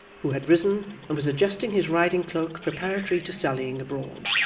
who had risen and was adjusting his riding-cloak preparatory to sallying abroad.